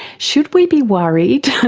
should we be worried